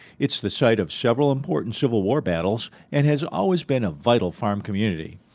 it's the site of several important civil war battles, and has always been a vital farm community.